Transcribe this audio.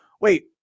wait